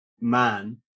man